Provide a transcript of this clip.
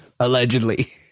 Allegedly